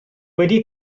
wedi